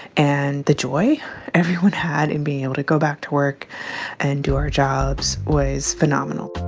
and the joy everyone had in being able to go back to work and do our jobs was phenomenal